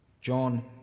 John